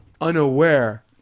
unaware